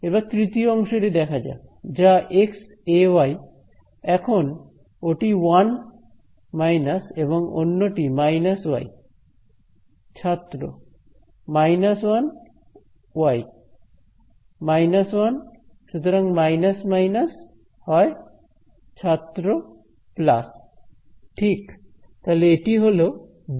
এবার তৃতীয় অংশটি দেখা যাক যা x Ay এখন ওটি ওয়ান মাইনাস এবং অন্যটি ওয়াই ছাত্র minus one y minus one সুতরাং মাইনাস মাইনাস হয় ছাত্র প্লাস ঠিক তাহলে এটি হলো 2